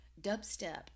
dubstep